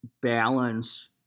balance